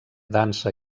dansa